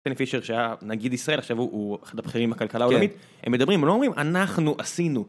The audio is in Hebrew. פישר שהיה נגיד בנקישראל הוא אחד הבכירים הכלכלה העולמית הם מדברים לא אומרים אנחנו עשינו